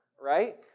right